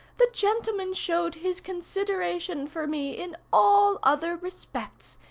the gentleman showed his consideration for me in all other respects,